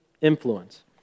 influence